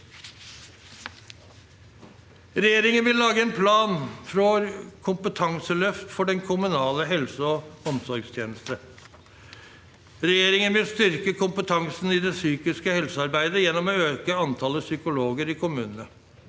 Regjeringen vil lage en plan for et kompetanseløft for den kommunale helse- og omsorgstjenesten. Regjeringen vil styrke kompetansen i det psykiske helsearbeidet gjennom å øke antallet psykologer i kommunene.